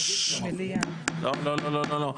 -- לא לא לא,